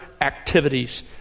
activities